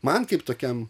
man kaip tokiam